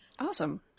Awesome